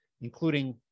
including